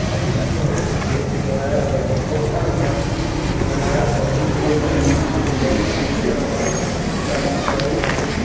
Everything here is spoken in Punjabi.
ਆਕਸੀਜਨ ਵਿੱਚ ਮੋਬਾਈਲ ਬਿਲ ਭੁਗਤਾਨਾਂ ਮੋਬਾਈਲ ਬਿਲ ਪੇਮੈਂਟਸ ਲਈ ਸੂਚਨਾਵਾਂ ਨੂੰ ਚਾਲੂ ਕਰੋ